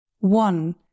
One